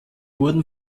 wurde